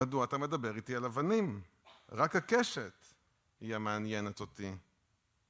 מדוע אתה מדבר איתי על אבנים? רק הקשת היא המעניינת אותי